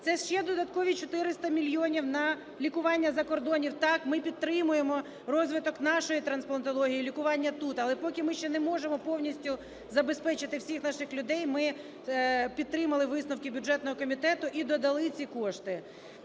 Це ще додаткові 400 мільйонів на лікування за кордоном. Так, ми підтримуємо розвиток нашої трансплантології і лікування тут. Але поки ми ще не можемо повністю забезпечити всіх наших людей, ми підтримали висновки бюджетного комітету і додали ці кошти.